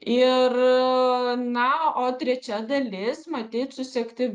ir na o trečia dalis matyt susekti